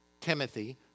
Timothy